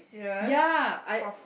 ya I